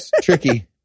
tricky